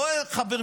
מה אתה מדבר?